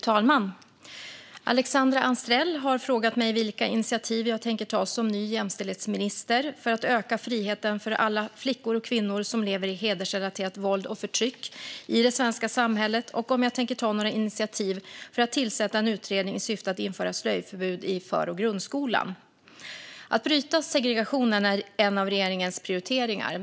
Fru talman! har frågat mig vilka initiativ jag tänker ta som ny jämställdhetsminister för att öka friheten för alla flickor och kvinnor som lever i hedersrelaterat våld och förtryck i det svenska samhället och om jag tänker ta några initiativ för att tillsätta en utredning i syfte att införa slöjförbud i för och grundskolan. Att bryta segregationen är en av regeringens prioriteringar.